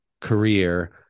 career